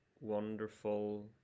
wonderful